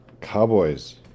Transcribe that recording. Cowboys